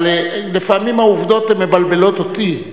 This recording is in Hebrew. אבל לפעמים העובדות, הן מבלבלות אותי.